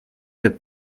get